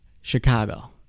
Chicago